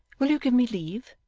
will you give me leave?